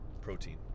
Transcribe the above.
protein